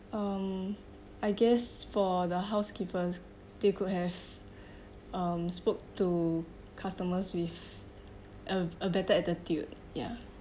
um I guess for the housekeepers they could have um spoke to customers with a a better attitude ya